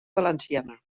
valenciana